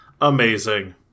Amazing